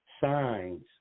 signs